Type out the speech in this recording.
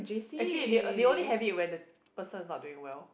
actually they only have it when the person is not doing well